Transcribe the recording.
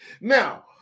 Now